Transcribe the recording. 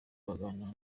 baganira